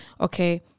okay